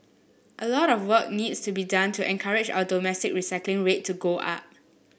a lot of work needs to be done to encourage our domestic recycling rate to go up